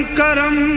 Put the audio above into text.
karam